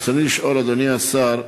רצוני לשאול, אדוני השר: